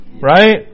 Right